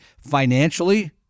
financially